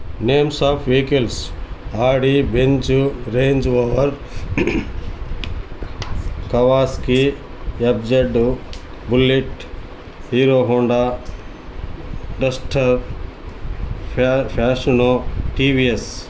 names of vehicles Audi Benz Range Rover Kawasaki FZ Bullet Hero Honda Duster fashion T V yes